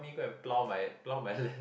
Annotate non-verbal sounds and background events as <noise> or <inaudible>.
me go and plow my plow my land <laughs>